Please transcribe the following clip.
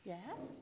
Yes